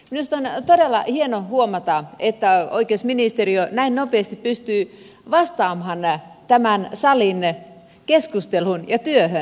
minusta on todella hieno huomata että oikeusministeriö näin nopeasti pystyy vastaamaan tämän salin keskusteluun ja työhön